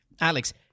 Alex